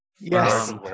Yes